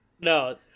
No